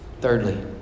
thirdly